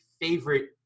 favorite